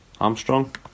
Armstrong